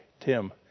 Tim